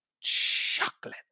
chocolate